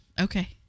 Okay